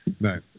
Right